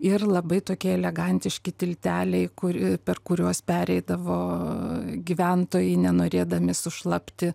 ir labai tokie elegantiški tilteliai kuri per kuriuos pereidavo gyventojai nenorėdami sušlapti